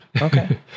okay